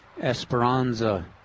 esperanza